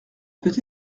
peut